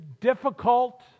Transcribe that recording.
difficult